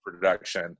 production